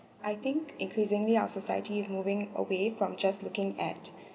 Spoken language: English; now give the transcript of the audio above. I think increasingly our society is moving away from just looking at